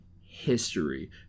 history